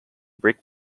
brick